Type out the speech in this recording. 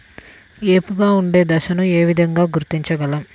ఏపుగా ఉండే దశను ఏ విధంగా గుర్తించగలం?